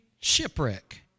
shipwreck